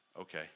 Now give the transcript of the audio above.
Okay